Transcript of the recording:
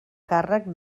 càrrec